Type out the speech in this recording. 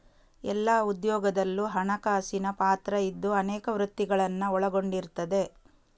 ಎಲ್ಲಾ ಉದ್ಯೋಗದಲ್ಲೂ ಹಣಕಾಸಿನ ಪಾತ್ರ ಇದ್ದು ಅನೇಕ ವೃತ್ತಿಗಳನ್ನ ಒಳಗೊಂಡಿರ್ತದೆ